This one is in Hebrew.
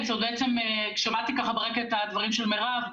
שמעתי ברקע את הדברים של מירב.